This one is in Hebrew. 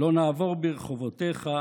לא נעבור ברחובותיך.